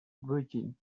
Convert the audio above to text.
virgin